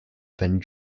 than